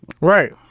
Right